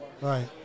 Right